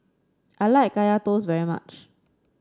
I like Kaya Toast very much